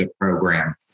program